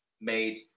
made